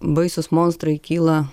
baisūs monstrai kyla